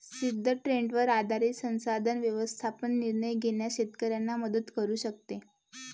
सिद्ध ट्रेंडवर आधारित संसाधन व्यवस्थापन निर्णय घेण्यास शेतकऱ्यांना मदत करू शकते